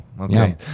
okay